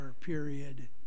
period